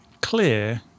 clear